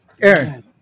Aaron